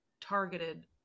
targeted